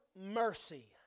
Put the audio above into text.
mercy